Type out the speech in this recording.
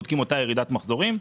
בודקים אותה ירידת מחזורים.